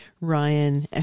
Ryan